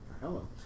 Hello